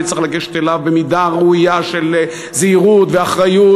וצריך לגשת אליו במידה הראויה של זהירות ואחריות